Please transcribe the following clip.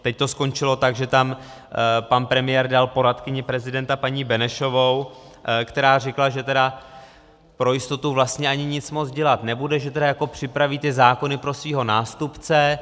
Teď to skončilo tak, že tam pan premiér dal poradkyni prezidenta paní Benešovou, která řekla, že tedy pro jistotu vlastně ani nic moc dělat nebude, že tedy jako připraví ty zákony pro svého nástupce.